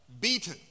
beaten